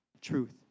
truth